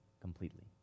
completely